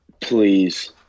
please